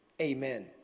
Amen